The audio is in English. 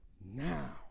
Now